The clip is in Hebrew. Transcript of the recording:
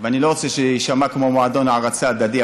אני לא רוצה שזה יישמע כמו מועדון הערצה הדדי,